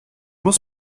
muss